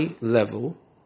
level